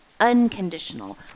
unconditional